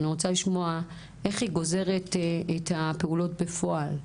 אני רוצה לשמוע איך היא גוזרת את הפעולות בפועל.